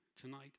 Tonight